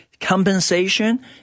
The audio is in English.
compensation